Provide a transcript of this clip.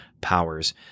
powers